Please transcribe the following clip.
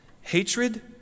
Hatred